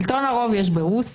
את שלטון הרוב יש ברוסיה,